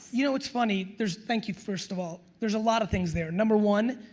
you know it's funny there's thank you first of all there's a lot of things there. number one,